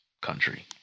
country